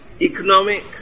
economic